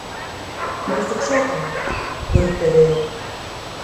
mes tik šokome burbtelėjau